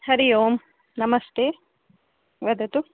हरिः ओं नमस्ते वदतु